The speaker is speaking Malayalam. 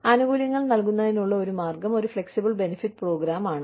ആനുകൂല്യങ്ങൾ നൽകുന്നതിനുള്ള ഒരു മാർഗ്ഗം ഒരു ഫ്ലെക്സിബിൾ ബെനിഫിറ്റ് പ്രോഗ്രാം ആണ്